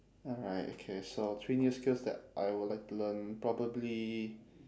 alright okay so three new skills that I would like to learn probably